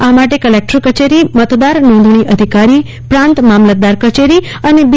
આ માટે કલેકટર કચેરી મતદાન નોંધણી અધિકારી પ્રાંત મામલતદાર કચેરી અને બી